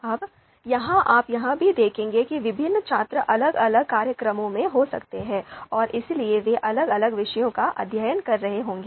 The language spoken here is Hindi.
अब यहाँ आप यह भी देखेंगे कि विभिन्न छात्र अलग अलग कार्यक्रमों में हो सकते हैं और इसलिए वे अलग अलग विषयों का अध्ययन कर रहे होंगे